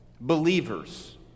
believers